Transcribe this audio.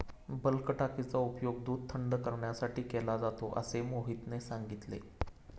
bulk टाकीचा उपयोग दूध थंड करण्यासाठी केला जातो असे मोहितने सांगितले